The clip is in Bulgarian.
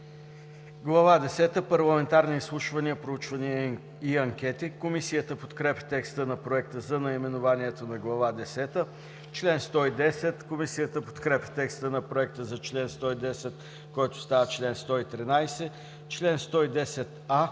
десета – Парламентарни изслушвания, проучвания и анкети“. Комисията подкрепя текста на проекта за наименованието на Глава десета. Комисията подкрепя текста на Проекта за чл. 110, който става чл. 113. Комисията